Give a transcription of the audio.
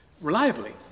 reliably